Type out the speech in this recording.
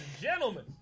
gentlemen